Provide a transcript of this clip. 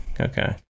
Okay